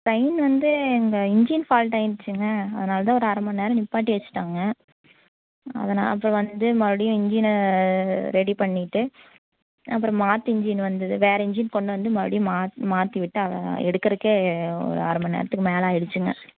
train வந்து இங்கே engine ஃபால்ட்டாகிடுச்சிங்க அதனால் தான் ஒரு அரை மணி நேரம் நிற்பாட்டி வச்சுட்டாங்க அதனால் அப்புறம் வந்து மறுபடியும் இன்ஜினை ரெடி பண்ணிவிட்டு அப்புறம் மாற்று இன்ஜின் வந்தது வேறு இன்ஜின் கொண்டு வந்து மறுபடியும் மாத் மாற்றி விட்டு அதை எடுக்கிறக்கே ஒரு அரை மணி நேரத்துக்கு மேலே ஆகிடுச்சிங்க